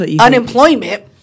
unemployment